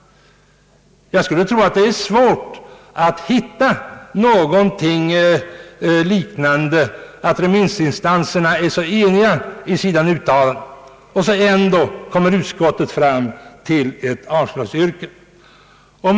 Jag skulle tro att det är svårt att hitta något fall där remissinstanserna är så eniga i sina uttalanden som härvidlag, och utskottet ändå kommer fram till ett avslagsyrkande.